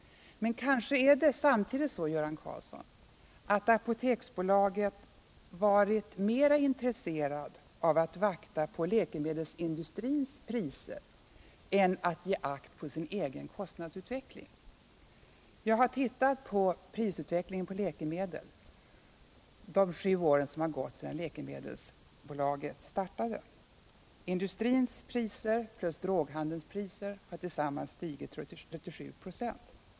Kanske är det samtidigt så, Göran Karlsson, att Apoteksbolaget varit mer intresserat av att vakta på läkemedelsindustrins priser än att ge akt på sin egen kostnadsutveckling. Jag har sett på prisutvecklingen på läkemedel under de sju år som gått sedan Apoteksbolaget startade. Industrins priser plus droghandelns priser har tillsammans stigit 37 96.